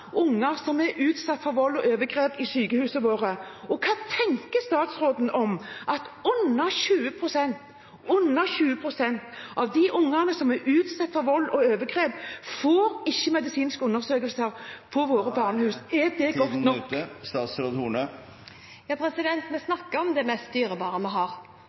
unger som er utsatt for vold og overgrep? Hva tenker statsråden om at under 20 pst. av de barna som er utsatt for vold og overgrep, ikke får medisinsk undersøkelse ved våre barnehus? Er det godt nok? Vi snakker om det mest dyrebare vi har.